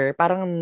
parang